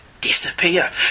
disappear